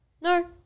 no